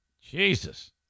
Jesus